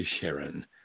Sharon